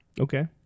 okay